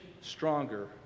stronger